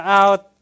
out